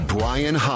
Brian